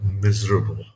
miserable